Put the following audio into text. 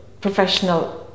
professional